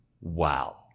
Wow